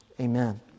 Amen